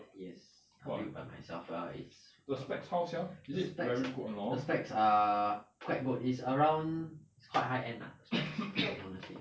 yes I built by myself err it's err the specs the specs err quite good it's around it's quite high end lah the specs honestly